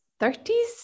30s